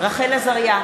רחל עזריה,